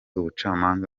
ubucamanza